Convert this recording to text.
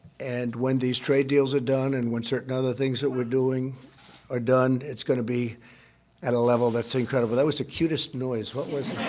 and when these trade deals are done, and when certain other things that we're doing are done, it's going to be at a level that's incredible. that was the cutest noise. what was